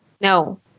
No